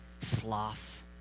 sloth